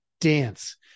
dance